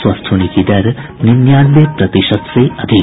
स्वस्थ होने की दर निन्यानवे प्रतिशत से अधिक